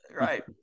Right